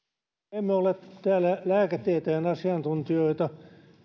emme ole täällä lääketieteen asiantuntijoita